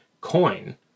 coin